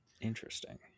Interesting